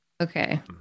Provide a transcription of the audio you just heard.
Okay